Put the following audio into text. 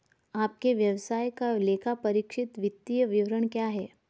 आपके व्यवसाय का लेखापरीक्षित वित्तीय विवरण कहाँ है?